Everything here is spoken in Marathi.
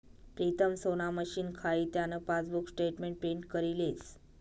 प्रीतम सोना मशीन खाई त्यान पासबुक स्टेटमेंट प्रिंट करी लेस